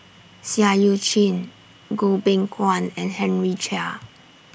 Seah EU Chin Goh Beng Kwan and Henry Chia